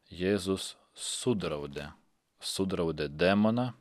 jėzus sudraudė sudraudė demoną